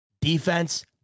Defense